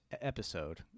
episode